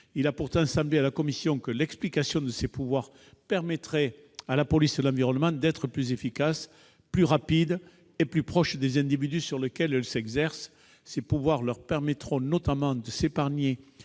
Il a pourtant semblé à la commission que l'explicitation de ces pouvoirs permettrait à la police de l'environnement d'être plus efficace, plus rapide et plus proche des individus sur lesquels elle exerce ses prérogatives. Ces pouvoirs permettront notamment aux